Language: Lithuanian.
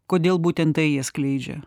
kodėl būtent tai jie skleidžia